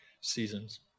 seasons